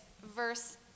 verse